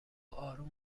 آروم